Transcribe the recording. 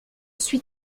suis